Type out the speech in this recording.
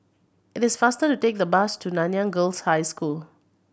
it is faster to take the bus to Nanyang Girls' High School